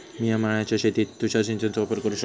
मिया माळ्याच्या शेतीत तुषार सिंचनचो वापर कसो करू?